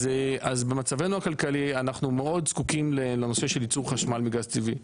אז במצבנו הכלכלי אנחנו מאוד זקוקים לנושא של יצור חשמל מגז טבעי.